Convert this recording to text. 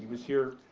was here.